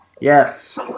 yes